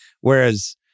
Whereas